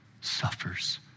suffers